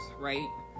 right